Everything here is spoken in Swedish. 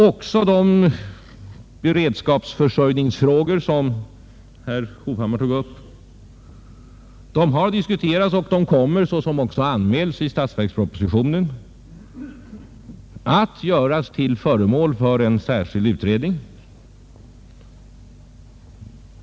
Också de beredskapsförsörjningsfrågor som herr Hovhammar tog upp har diskuterats och kommer, såsom också anmälts i statsverkspropositionen, att göras till föremål för en särskild utredning.